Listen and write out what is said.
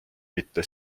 mitte